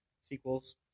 sequels